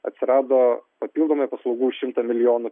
atsirado papildomai paslaugų už šimtą milijonų